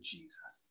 Jesus